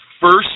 first